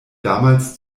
damals